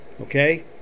okay